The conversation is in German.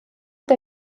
der